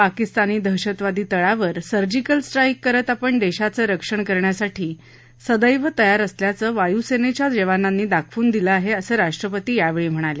पाकिस्तानी दहशतवादी तळावर surgical strike करत आपण देशाचं रक्षण करण्यासाठी सदैव तयार असल्याचं वायुसेनेच्या जवानांनी दाखवृन दिलं आहे असं राष्ट्रपती यावेळी म्हणाले